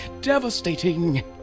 Devastating